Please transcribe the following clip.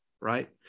Right